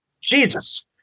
Jesus